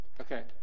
Okay